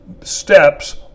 steps